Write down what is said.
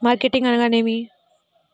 Marketing అనగానేమి?